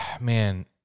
Man